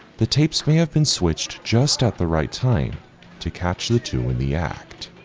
the tapes may have been switched just at the right time to capture the two in the act,